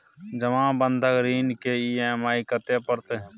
जमा बंधक ऋण के ई.एम.आई कत्ते परतै?